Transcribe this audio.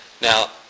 Now